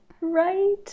Right